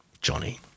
Johnny